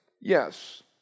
Yes